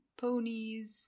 ponies